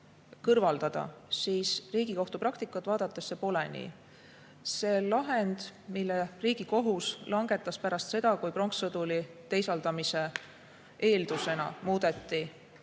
kõrvaldada, siis Riigikohtu praktikat vaadates see pole nii. Selles lahendis, mille Riigikohus tegi pärast seda, kui pronkssõduri teisaldamise eeldusena muudeti